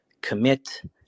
commit